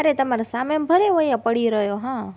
અરે તમારો સામાન ભલે હોં અહીંયા પડી રહ્યો હં